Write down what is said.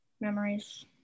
memories